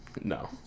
No